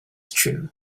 true